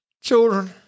children